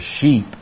sheep